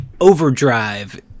overdrive